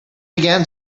again